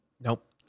nope